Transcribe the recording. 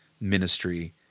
ministry